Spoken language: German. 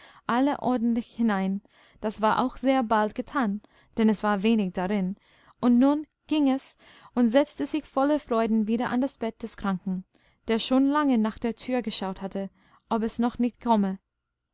alle ordentlich hinein das war auch sehr bald getan denn es war wenig darin und nun ging es und setzte sich voller freuden wieder an das bett des kranken der schon lange nach der tür geschaut hatte ob es noch nicht komme